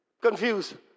confused